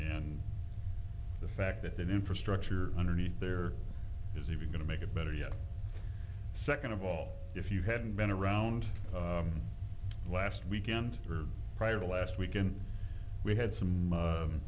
and the fact that the infrastructure underneath there is even going to make it better yet second of all if you hadn't been around last weekend prior to last weekend we had some